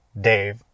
Dave